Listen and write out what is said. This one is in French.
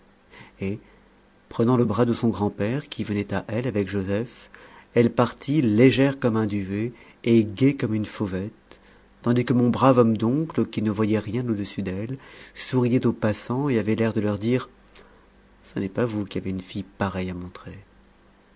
et prenant le bras de son grand-père qui venait à elle avec joseph elle partit légère comme un duvet et gaie comme une fauvette tandis que mon brave homme d'oncle qui ne voyait rien au-dessus d'elle souriait aux passants et avait l'air de leur dire ce n'est pas vous qui avez une fille pareille à montrer